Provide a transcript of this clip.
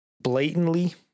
blatantly